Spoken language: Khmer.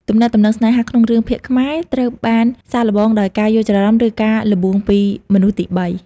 ទំនាក់ទំនងស្នេហាក្នុងរឿងភាពខ្មែរ ត្រូវបានសាកល្បងដោយការយល់ច្រឡំ ឬការល្បួងពីមនុស្សទីបី។